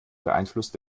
beeinflusst